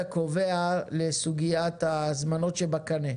-- לסוגיית ההזמנות שבקנה,